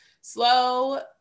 slow